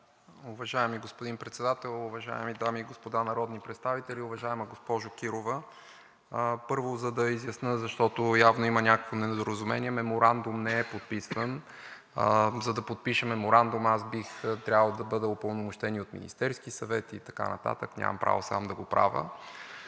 Уважаеми господин Председател, уважаеми дами и господа народни представители! Уважаема госпожо Кирова, първо, за да изясня, защото явно има някакво недоразумение, меморандум не е подписван. За да подпишем меморандум, би трябвало да бъда упълномощен и от Министерския съвет, и така нататък, нямам право сам да го правя.